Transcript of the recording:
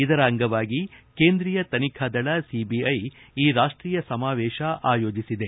ಇದರ ಅಂಗವಾಗಿ ಕೇಂದ್ರೀಯ ತನಿಖಾ ದಳ ಸಿಬಿಐ ಈ ರಾಷ್ಷೀಯ ಸಮಾವೇಶ ಆಯೋಜಿಸಿದೆ